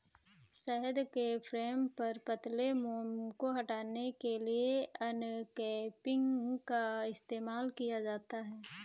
शहद के फ्रेम पर पतले मोम को हटाने के लिए अनकैपिंग का इस्तेमाल किया जाता है